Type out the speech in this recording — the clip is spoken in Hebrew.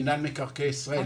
מנהל מקרקעי ישראל,